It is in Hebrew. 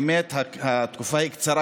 באמת התקופה היא קצרה,